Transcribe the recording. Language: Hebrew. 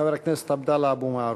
חבר הכנסת עבדאללה אבו מערוף.